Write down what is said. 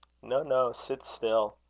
no, no sit still,